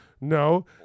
no